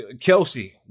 Kelsey